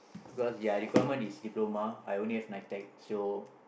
because ya requirement is diploma I only have N_I_T_E_C so